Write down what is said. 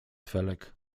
felek